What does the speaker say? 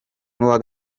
n’uwa